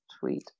tweet